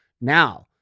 Now